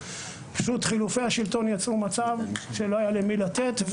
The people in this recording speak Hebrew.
אבל חילופי השלטון יצרו מצב שלא היה למי לתת.